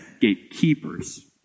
gatekeepers